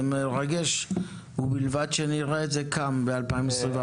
זה מרגש, ובלבד שנראה את זה כאן ב-2024.